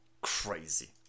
Crazy